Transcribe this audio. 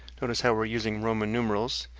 notice how we're using roman numerals